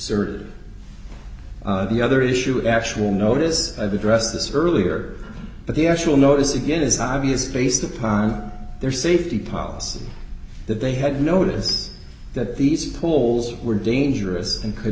server the other issue actual notice i've addressed this earlier but the actual notice again it's obvious based upon their safety policy that they had notice that these poles were dangerous and could